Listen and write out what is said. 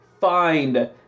find